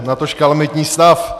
Natož kalamitní stav.